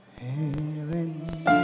healing